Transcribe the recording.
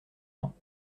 rangs